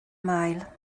mile